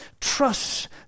trust